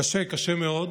קשה, קשה מאוד,